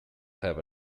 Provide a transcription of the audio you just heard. have